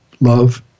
love